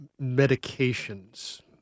medications